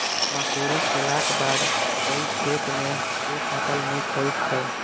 मसूरी केलाक बाद ओई खेत मे केँ फसल नीक होइत छै?